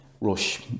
Rush